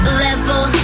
level